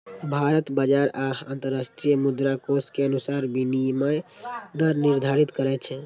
भारत बाजार आ अंतरराष्ट्रीय मुद्राकोष के अनुसार विनिमय दर निर्धारित करै छै